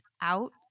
out